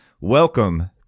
welcome